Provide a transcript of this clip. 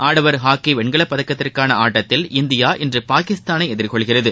ஆடவர்ஹாக்கிவெண்கலப்பதக்கத்திற்கானஆட்டத்தில்இந்தியாஇன்றுபாகிஸ்தா னைஎதிர்கொள்கிறது